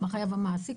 מה חייב המעסיק.